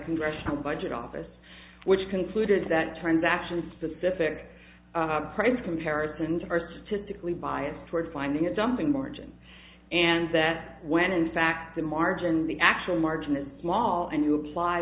congressional budget office which concluded that transaction specific price comparisons are statistically biased toward finding a dumping margin and that when in fact the margin the actual margin is small and you apply